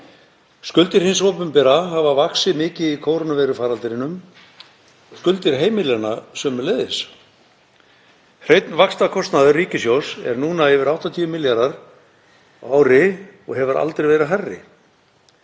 Skuldir hins opinbera hafa vaxið mikið í kórónuveirufaraldrinum. Skuldir heimilanna sömuleiðis. Hreinn vaxtakostnaður ríkissjóðs er núna yfir 80 milljarðar á ári og hefur aldrei verið hærri.